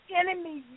enemy